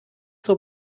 zur